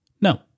no